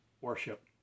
worship